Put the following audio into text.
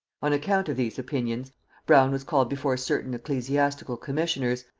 on account of these opinions brown was called before certain ecclesiastical commissioners,